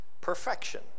perfection